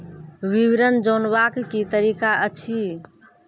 विवरण जानवाक की तरीका अछि?